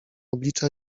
oblicza